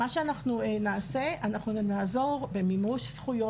מה שאנחנו נעשה זה שאנחנו נעזור במימוש זכויות.